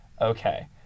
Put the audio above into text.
Okay